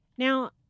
Now